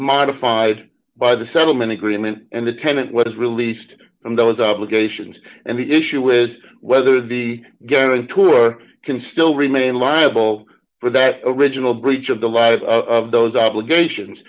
modified by the settlement agreement and the tenant was released from those obligations and the issue is whether the german tourist can still remain liable for that original breach of the lot of those obligations